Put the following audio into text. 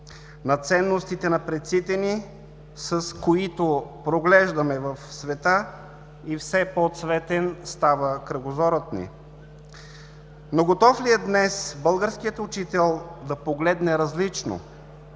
на ценностите на предците ни, с които проглеждаме в света и все по-цветен става кръгозорът ни. Готов ли е днес българският учител да погледне различно